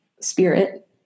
spirit